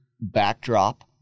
backdrop